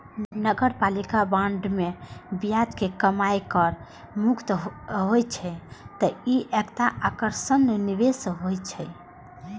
नगरपालिका बांड मे ब्याज के कमाइ कर मुक्त होइ छै, तें ई एकटा आकर्षक निवेश होइ छै